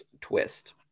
twist